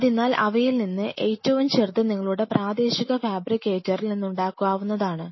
അതിനാൽ ഇവയിൽ ഏറ്റവും ചെറുത് നിങ്ങളുടെ പ്രാദേശിക ഫാബ്രിക്കേറ്ററിൽ നിന്നുണ്ടാകാവുന്നതാണ്